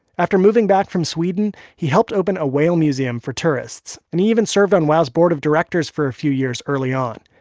after moving back from sweden, he helped open a whale museum for tourists and even served on wow's board of directors for a few years early on.